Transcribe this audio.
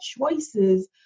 choices